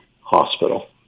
hospital